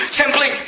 simply